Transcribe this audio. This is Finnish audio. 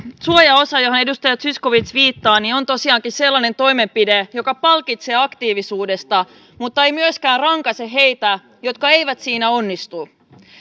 suojaosa johon edustaja zyskowicz viittaa on tosiaankin sellainen toimenpide joka palkitsee aktiivisuudesta mutta ei kuitenkaan rankaise heitä jotka eivät siinä onnistu